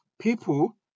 people